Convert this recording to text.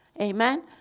Amen